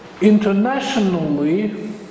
internationally